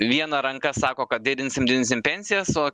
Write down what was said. viena ranka sako kad didinsim didinsim pensijas o